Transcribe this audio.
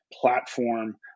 platform